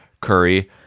curry